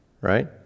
Right